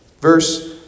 Verse